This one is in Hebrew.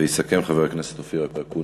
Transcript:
ויסכם סגן השר אופיר אקוניס.